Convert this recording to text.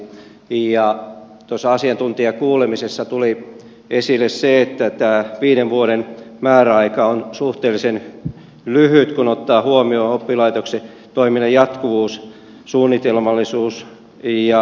tuossa asiantuntijakuulemisessa tuli esille se että tämä viiden vuoden määräaika on suhteellisen lyhyt kun otetaan huomioon oppilaitoksen toiminnan jatkuvuus suunnitelmallisuus ja investointien tarve